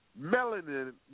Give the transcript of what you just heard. melanin